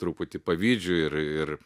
truputį pavydžiu ir ir